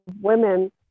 women